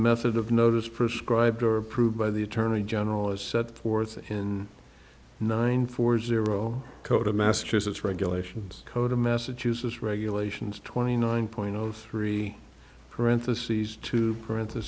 method of notice prescribe or approved by the attorney general as set forth in nine four zero code of massachusetts regulations code of massachusetts regulations twenty nine point zero three parentheses two parent